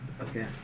Okay